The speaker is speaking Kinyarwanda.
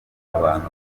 abantu